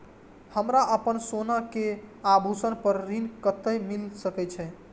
हमरा अपन सोना के आभूषण पर ऋण कते मिल सके छे?